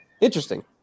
interesting